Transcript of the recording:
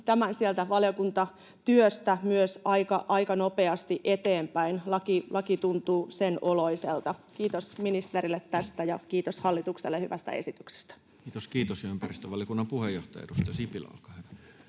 tämän sieltä valiokuntatyöstä myös aika nopeasti eteenpäin, laki tuntuu sen oloiselta. Kiitos ministerille tästä, ja kiitos hallitukselle hyvästä esityksestä. [Speech 124] Speaker: Toinen varapuhemies Juho Eerola Party: